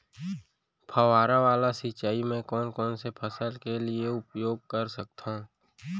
फवारा वाला सिंचाई मैं कोन कोन से फसल के लिए उपयोग कर सकथो?